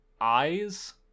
eyes